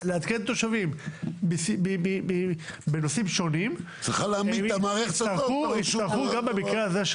מעדכנות תושבים בנושאים שונים תצטרך גם במקרה הזה של